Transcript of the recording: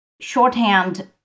shorthand